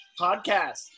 podcast